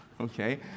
okay